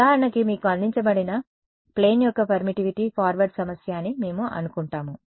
ఉదాహరణకు మీకు అందించబడిన ప్లేన్ యొక్క పర్మిటివిటీ ఫార్వర్డ్ సమస్య అని మేము అనుకుంటాము